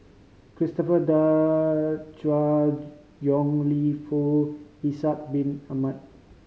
Christopher De Yong Lew Foong Ishak Bin Ahmad